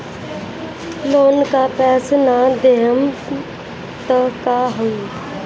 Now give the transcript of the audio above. Loan का पैस न देहम त का होई?